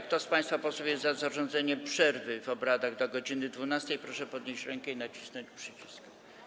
Kto z państwa posłów jest za zarządzeniem przerwy w obradach do godz. 12, proszę podnieść rękę i nacisnąć przycisk.